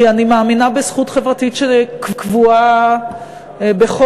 כי אני מאמינה בזכות חברתית שקבועה בחוק,